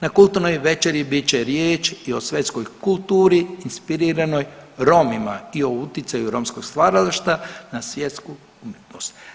Na kulturnoj večeri bit će riječ i o svjetskoj kulturi inspiriranoj Romima i o utjecaju romskog stvaralaštva na svjetsku umjetnost.